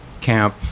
camp